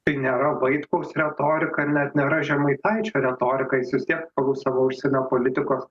tai nėra vaitkaus retorika net nėra žemaitaičio retorika jis vis tiek pagal savo užsienio politikos